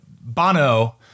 Bono